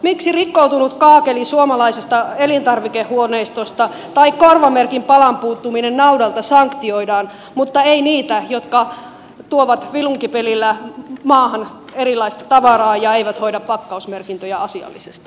miksi rikkoutunut kaakeli suomalaisesta elintarvikehuoneistosta tai korvamerkin palan puuttuminen naudalta sanktioidaan mutta ei niitä jotka tuovat vilunkipelillä maahan erilaista tavaraa eivätkä hoida pakkausmerkintöjä asiallisesti